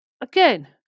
again